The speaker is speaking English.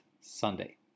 Sunday